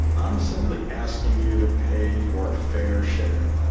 i'm simply asking you to pay your fair share.